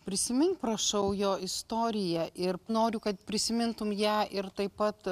prisimink prašau jo istoriją ir noriu kad prisimintum ją ir taip pat